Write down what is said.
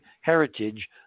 heritage